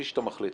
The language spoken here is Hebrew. מי שאתה מחליט,